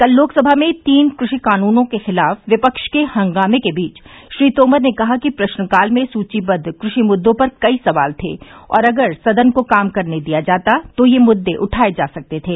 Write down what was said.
कल लोकसभा में तीन कृषि कानूनों के खिलाफ विपक्ष के हंगामे के बीच श्री तोमर ने कहा कि प्रश्नकाल में सूचीबद्ध कृषि मुद्दों पर कई सवाल थे और अगर सदन को काम करने दिया जाता तो ये मुद्दे उठाए जा सकते थे